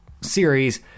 series